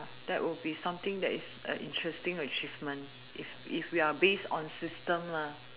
that will be something that is a interesting achievement if if we are based on system lah